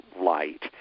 light